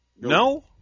No